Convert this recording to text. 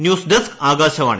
news desk Akashvani